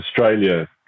Australia